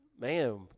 man